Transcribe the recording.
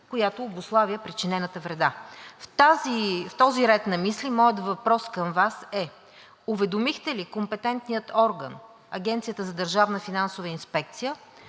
която обуславя причинената вреда. В този ред на мисли моят въпрос към Вас е: уведомихте ли компетентния орган – Агенцията за държавна финансова инспекция,